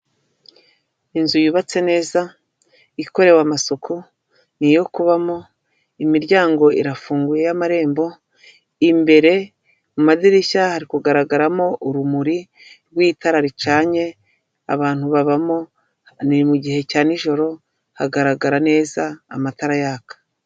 Inzu yubatse neza ikorewe amasuku ni iyo kubamo imiryango irafunguye y'amarembo imbere mu madirishya hari kugaragaramo urumuri rw'itara ricanye abantu babamo ni mu gihe cya nijoro hagaragara neza amatara yaka.